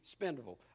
spendable